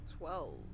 Twelve